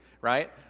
Right